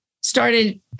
started